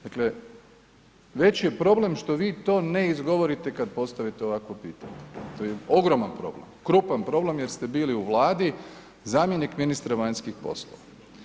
Dakle, veći je problem što vi to ne izgovorite kada postavite ovakvo pitanje, to je ogroman problem, krupan problem jer ste bili u Vladi zamjenik ministra vanjskih poslova.